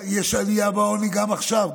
יש עלייה בעוני גם עכשיו,